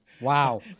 wow